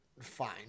fine